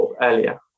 earlier